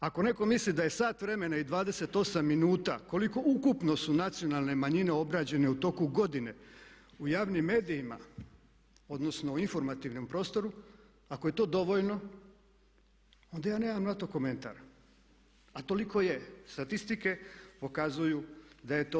Ako netko misli da je sat vremena i 28 minuta koliko ukupno su nacionalne manjine obrađene u toku godine u javnim medijima, odnosno u informativnom prostoru, ako je to dovoljno onda ja nemam na to komentar a toliko je statistike pokazuju da je to to.